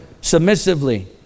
submissively